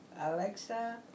Alexa